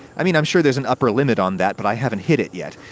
i mean i'm sure there's an upper limit on that, but i haven't hit it yet.